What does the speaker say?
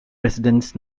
residents